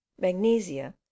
magnesia